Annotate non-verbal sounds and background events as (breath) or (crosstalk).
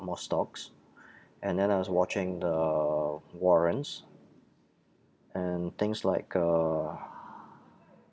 more stocks and then I was watching the warrants and things like uh (breath)